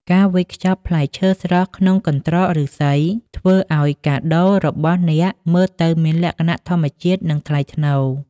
ការវេចខ្ចប់ផ្លែឈើស្រស់ក្នុងកន្ត្រកឫស្សី ធ្វើឱ្យកាដូរបស់អ្នកមើលទៅមានលក្ខណៈធម្មជាតិ និងថ្លៃថ្នូរ។